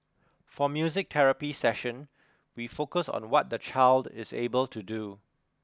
for music therapy session we focus on what the child is able to do